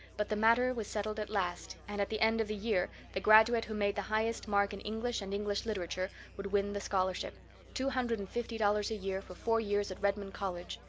but the matter was settled at last, and at the end of the year the graduate who made the highest mark in english and english literature would win the scholarship two hundred and fifty dollars a year for four years at redmond college.